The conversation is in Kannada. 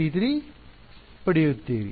ಆದ್ದರಿಂದ ನೀವು T1 T2 T3 ಪಡೆಯುತ್ತೀರಿ